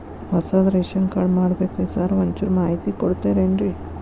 ಹೊಸದ್ ration card ಮಾಡ್ಬೇಕ್ರಿ sir ಒಂಚೂರ್ ಮಾಹಿತಿ ಕೊಡ್ತೇರೆನ್ರಿ?